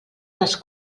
les